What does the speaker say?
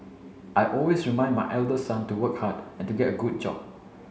I always remind my elder son to work hard and to get a good job